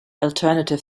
alternative